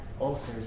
ulcers